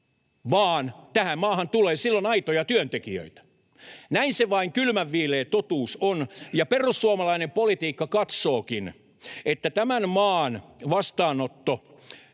vaan tähän maahan tulee silloin aitoja työntekijöitä. Näin se vain kylmänviileä totuus on, ja perussuomalainen politiikka katsookin, että tämän maan vastaanotto,